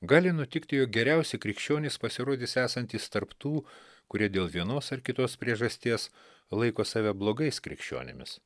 gali nutikti jog geriausi krikščionys pasirodys esantys tarp tų kurie dėl vienos ar kitos priežasties laiko save blogais krikščionimis